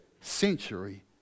century